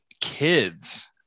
kids